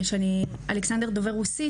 אלכסנדר דובר רוסית,